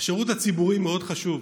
השירות הציבורי מאוד חשוב,